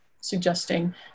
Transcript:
suggesting